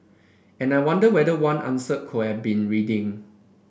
and I wonder whether one answer could have been reading